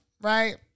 right